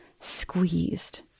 squeezed